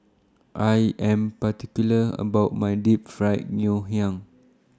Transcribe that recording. I Am particular about My Deep Fried Ngoh Hiang